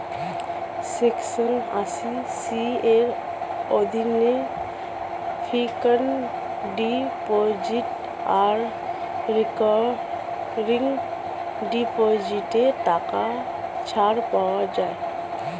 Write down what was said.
section আশি C এর অধীনে ফিক্সড ডিপোজিট আর রেকারিং ডিপোজিটে টাকা ছাড় পাওয়া যায়